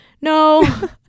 no